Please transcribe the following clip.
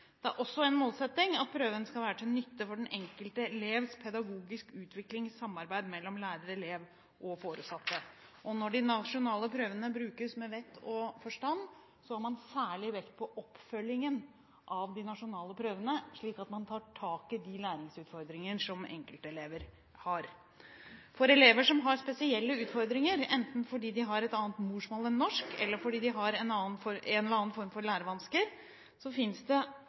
Det er også en målsetting at prøvene skal være til nytte for den enkelte elevs pedagogiske utvikling i samarbeid mellom lærer, elev og foresatte. Når de nasjonale prøvene brukes med vett og forstand, legger man særlig vekt på oppfølgingen av dem, slik at man tar tak i de læringsutfordringene enkelte elever har. For elever som har spesielle utfordringer, enten fordi de har et annet morsmål enn norsk, eller fordi de har en eller annen form for lærevansker, finnes det